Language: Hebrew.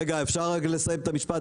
רגע, אפשר רגע לסיים את המשפט?